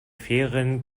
ferien